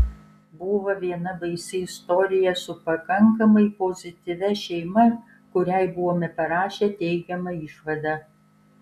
buvo viena baisi istorija su pakankamai pozityvia šeima kuriai buvome parašę teigiamą išvadą